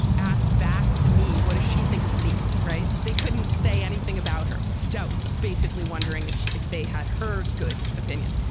asked back to me, what does she think of me? right. they couldn't say anything about her doubt, basically wondering if if they had her good opinion.